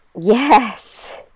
yes